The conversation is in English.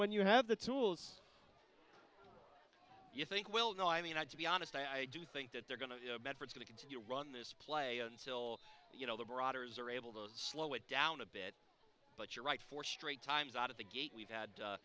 when you have the tools you think well no i mean not to be honest i do think that they're going to medford to continue run this play until you know the brodeur's are able those slow it down a bit but you're right four straight times out of the gate we've had